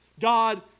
God